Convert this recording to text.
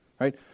right